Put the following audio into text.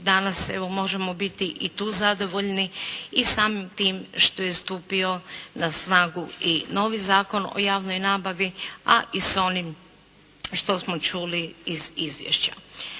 danas možemo biti i tu zadovoljni i samim tim što je stupio na snagu i novi Zakon o javnoj nabavi, a i s onim što smo čuli iz izvješća.